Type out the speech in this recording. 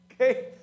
okay